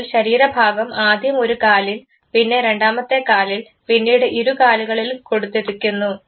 അതിൽ ശരീരഭാരം ആദ്യം ഒരു കാലിൽ പിന്നെ രണ്ടാമത്തെ കാലിൽ പിന്നീട് ഇരുകാലുകളിൽ കൊടുത്തിരിക്കുന്നു